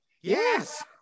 Yes